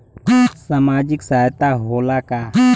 सामाजिक सहायता होला का?